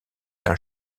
d’un